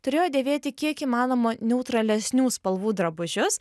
turėjo dėvėti kiek įmanoma neutralesnių spalvų drabužius